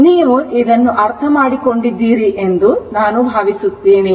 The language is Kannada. ಆದ್ದರಿಂದ ಈಗ ನೀವು ಇದನ್ನು ಅರ್ಥಮಾಡಿಕೊಂಡಿದ್ದೀರಿ ಎಂದು ನಾನು ಭಾವಿಸುತ್ತೇನೆ